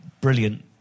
brilliant